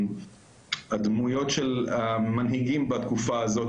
הדמויות של המנהיגים בתקופה הזאת,